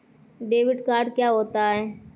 Debit card क्या होता है?